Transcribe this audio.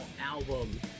album